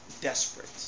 desperate